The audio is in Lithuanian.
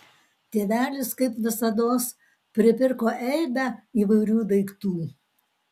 tėvelis kaip visados pripirko eibę įvairių daiktų